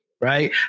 Right